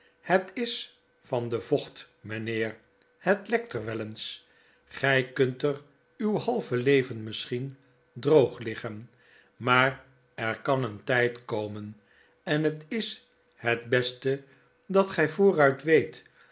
het is van de vocht mijnheer het lekt er wel eens gg kunt er uw halve leven rtifsschien droog liggen maar er kan een tgd komen en het is hetbestedat gjj vooruit weet